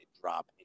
drop